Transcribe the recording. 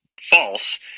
false